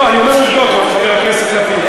לא, אני אומר עובדות, חבר הכנסת לפיד.